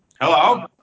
Hello